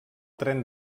tren